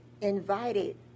invited